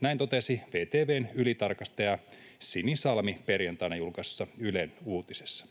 Näin totesi VTV:n ylitarkastaja Sini Salmi perjantaina julkaistussa Ylen uutisessa.